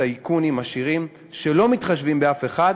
טייקונים עשירים שלא מתחשבים באף אחד,